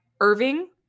irving